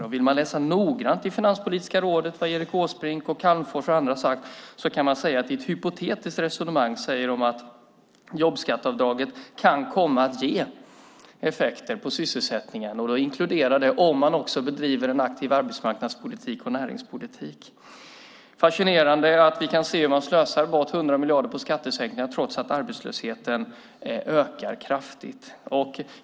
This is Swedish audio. Om man vill läsa noggrant vad Åsbrink, Calmfors och andra i Finanspolitiska rådet sagt kan man säga att de i ett hypotetiskt resonemang menar att jobbskatteavdraget kan komma att ge effekter på sysselsättningen. Då inkluderar det att man bedriver en aktiv arbetsmarknadspolitik och näringspolitik. Det är fascinerande att se hur man slösar bort 100 miljarder på skattesänkningar trots att arbetslösheten ökar kraftigt.